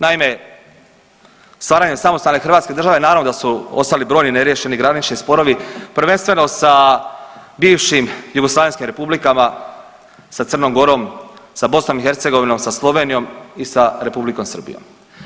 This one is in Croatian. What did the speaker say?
Naime, stvaranjem samostalne hrvatske države naravno da su ostali brojni neriješeni granični sporovi, prvenstveno sa bivšim jugoslavenskim republikama, sa Crnom Gorom, sa BiH, sa Slovenijom i sa Republikom Srbijom.